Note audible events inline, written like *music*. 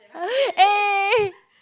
*breath* eh *laughs*